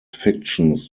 fictions